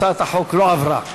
הצעת החוק לא עברה.